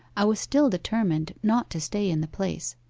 i was still determined not to stay in the place.